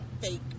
fake